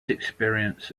experience